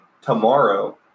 tomorrow